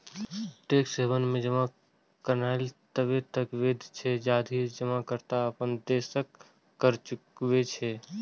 tax haven मे जमा करनाय तबे तक वैध छै, जाधरि जमाकर्ता अपन देशक कर चुकबै छै